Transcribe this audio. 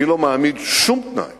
אני לא מעמיד שום תנאי